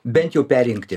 bent jau perrinkti